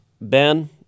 Ben